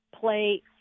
play